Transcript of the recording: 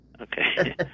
Okay